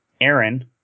Aaron